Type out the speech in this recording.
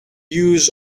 used